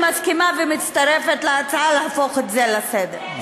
אני מסכימה ומצטרפת להצעה להפוך את זה להצעה לסדר-היום.